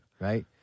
Right